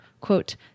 Quote